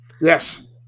Yes